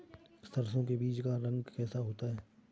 सरसों के बीज का रंग कैसा होता है?